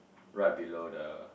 right below the